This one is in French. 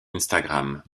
instagram